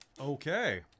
Okay